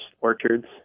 orchards